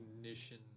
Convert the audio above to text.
ignition